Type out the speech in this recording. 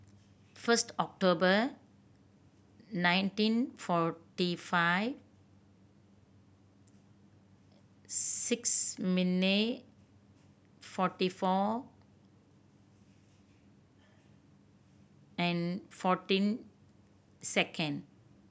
first October nineteen forty five six minute forty four and fourteen second